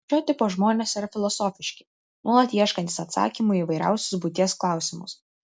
šio tipo žmonės yra filosofiški nuolat ieškantys atsakymų į įvairiausius būties klausimus